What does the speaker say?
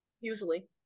Usually